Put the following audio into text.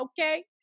okay